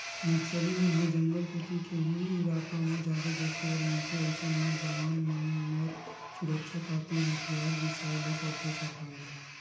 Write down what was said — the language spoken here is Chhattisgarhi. नक्सली मन ह जंगल कोती के ही इलाका म जादा देखे बर मिलथे अइसन म जवान मन बर सुरक्छा खातिर हथियार बिसाय ल परथे सरकार ल